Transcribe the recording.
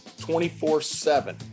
24-7